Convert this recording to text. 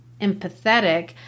empathetic